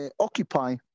occupy